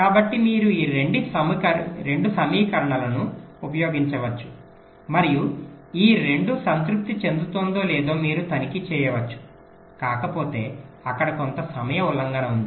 కాబట్టి మీరు ఈ 2 సమీకరణాలను ఉపయోగించవచ్చు మరియు ఈ 2 సంతృప్తి చెందుతుందో లేదో మీరు తనిఖీ చేయవచ్చు కాకపోతే అక్కడ కొంత సమయ ఉల్లంఘన ఉంది